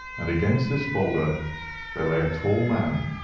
and against this boulder there lay a tall man,